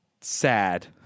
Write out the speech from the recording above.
Sad